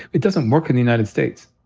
it doesn't work in the united states.